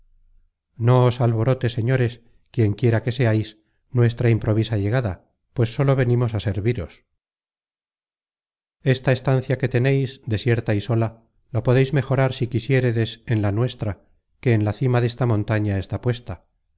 os alborote señores quien quiera que seais nuestra improvisa llegada pues sólo venimos á serviros esta estancia que teneis desierta y sola la podeis mejorar si quisiéredes en la nuestra que en la cima desta montaña está puesta